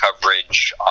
coverage